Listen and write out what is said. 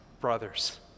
brothers